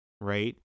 right